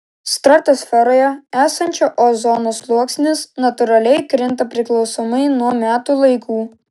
stratosferoje esančio ozono sluoksnis natūraliai kinta priklausomai nuo metų laikų